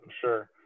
sure